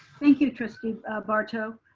thank you, trustee barto.